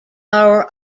our